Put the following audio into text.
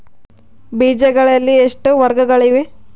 ಬೇಜಗಳಲ್ಲಿ ಎಷ್ಟು ವರ್ಗಗಳಿವೆ?